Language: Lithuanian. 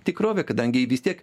tikrovę kadangi ji vis tiek